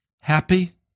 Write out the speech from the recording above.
happy